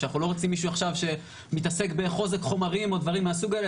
שאנחנו לא רוצים מישהו שמתעסק בחוזק חומרים או דברים מהסוג הזה.